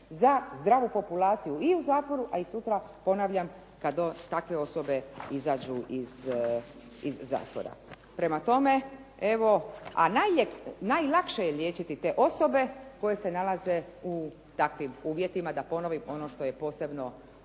za zdravu populaciju i u zatvoru, a i sutra ponavljam kad takve osobe izađu iz zatvora. Prema tome evo, a najlakše je liječiti te osobe koje se nalaze u takvim uvjetima, da ponovim ono što je posebno